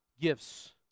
gifts